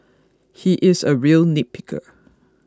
he is a real nitpicker